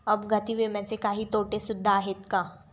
अपघाती विम्याचे काही तोटे सुद्धा आहेत का?